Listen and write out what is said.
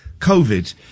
covid